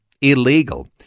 illegal